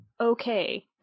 okay